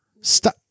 Stop